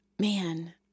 Man